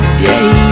day